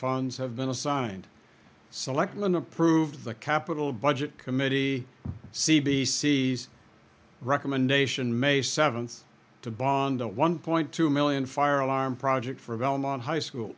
funds have been assigned selectmen approved the capital budget committee c b c's recommendation may seventh to bond a one point two million fire alarm project for belmont high school